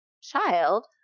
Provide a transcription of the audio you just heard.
child